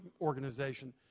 organization